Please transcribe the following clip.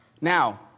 Now